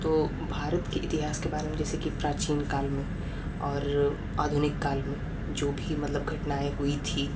तो भारत के इतिहास के बारे में जैसे कि प्राचीन काल में और आधुनिक काल में जो भी मतलब घटनाएँ हुई थी